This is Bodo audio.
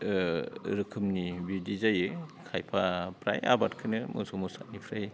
रोखोमनि बेबायदि जायो खायफा फ्राय आबादखोनो मोसौ मोसानिफ्राय